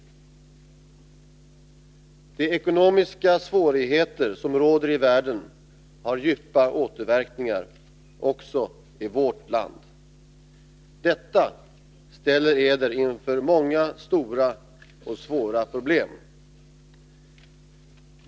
De ekonomiska svårigheter som råder i världen har djupa återverkningar också i vårt land. Detta ställer eder inför många stora och svåra problem.